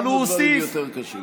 שמענו דברים יותר קשים.